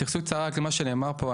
התייחסות קצרה למה שנאמר פה,